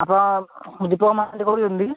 ଆପଣ ଦୀପକ ମହାନ୍ତି କହୁଛନ୍ତି